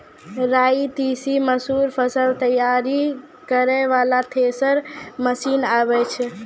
राई तीसी मसूर फसल तैयारी करै वाला थेसर मसीन आबै छै?